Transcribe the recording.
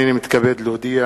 הנני מתכבד להודיע,